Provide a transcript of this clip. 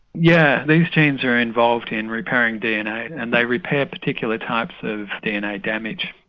yeah, these genes are involved in repairing dna and they repair particular types of dna damage.